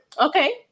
Okay